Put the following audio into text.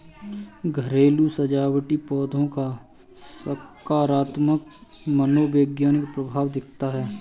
घरेलू सजावटी पौधों का सकारात्मक मनोवैज्ञानिक प्रभाव दिखता है